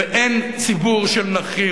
אין ציבור של נכים.